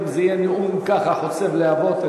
אם זה יהיה נאום חוצב להבות,